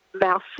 mouse